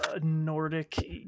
Nordic